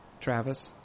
Travis